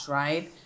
right